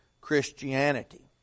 Christianity